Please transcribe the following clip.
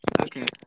Okay